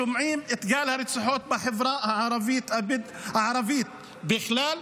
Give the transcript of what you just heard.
שומעים על גל הרציחות בחברה הערבית בכלל,